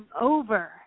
over